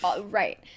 right